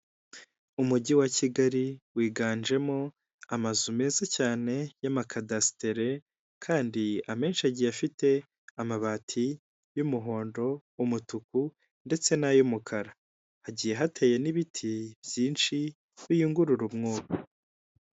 Umuhanda urimo imodoka zitari nyinshi iy'umutuku inyuma, imbere hari izindi n'amamoto hepfo tukabona urukamyo runini cyane bisa nk'aho ari rwarundi ruterura izindi, mu muhanda tukabonamo icyapa kiriho umweru tukabonamo amapoto rwose y'amatara amurikira umuhanda.